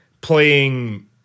playing